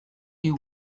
you